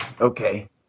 Okay